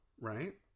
right